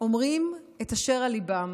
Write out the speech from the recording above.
אומרים את אשר על ליבם,